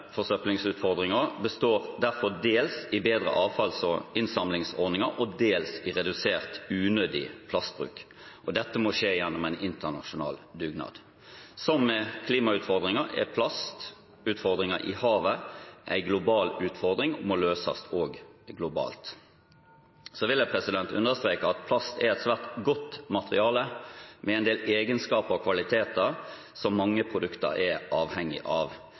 består derfor dels i bedre avfalls- og innsamlingsordninger og dels i redusert unødig plastbruk, og dette må skje gjennom en internasjonal dugnad. Som med klimautfordringen er plastutfordringen i havet en global utfordring og må løses globalt. Så vil jeg understreke at plast er et svært godt materiale med en del egenskaper og kvaliteter som mange produkter er avhengige av.